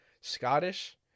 Scottish